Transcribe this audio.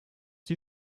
sie